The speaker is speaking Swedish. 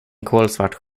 kolsvart